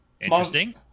Interesting